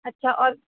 اچھا اور